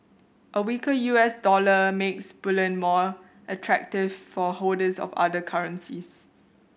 a weaker U S dollar makes bullion more attractive for holders of other currencies